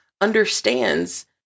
understands